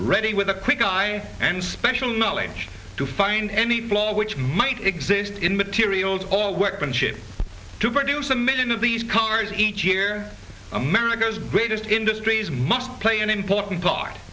ready with a quick eye and special knowledge to find any flaws which might exist in materials or workmanship to produce a million of these cars each year america's greatest industries must play an important part